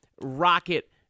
Rocket